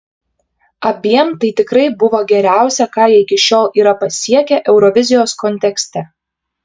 abiem tai tikrai buvo geriausia ką jie iki šiol yra pasiekę eurovizijos kontekste